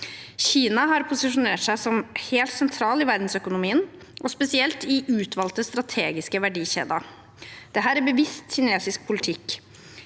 Kina har posisjonert seg som helt sentral i verdensøkonomien og spesielt i utvalgte strategiske verdikjeder. Dette er en bevisst kinesisk politikk.